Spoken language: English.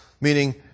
meaning